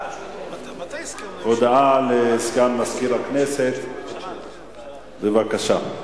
הודעה לסגן מזכיר הכנסת, בבקשה.